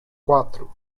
quatro